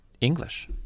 English